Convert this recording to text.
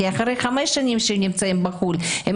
כי אחרי חמש שנים שהם נמצאים בחו"ל הם